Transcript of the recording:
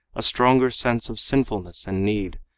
a stronger sense of sinfulness and need,